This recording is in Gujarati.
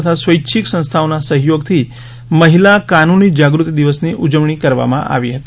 તથા સ્વૈચ્છિક સંસ્થાઓના સહયોગથી મહિલા કાનૂની જાગૃતી દિવસની ઉજવણી કરવામાં આવી હતી